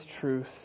truth